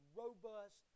robust